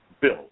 build